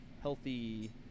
healthy